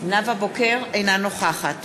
אינה נוכחת